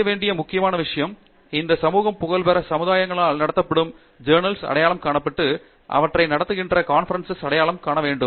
செய்ய வேண்டிய முக்கியமான விஷயம் இந்த சமூகங்கள் புகழ்பெற்ற சமுதாயங்களால் நடத்தப்படும் ஜௌர்னல்ஸ் அடையாளம் காணப்பட்டு அவற்றை நடத்துகின்ற கான்பிரன்ஸ் அடையாளம் காண வேண்டும்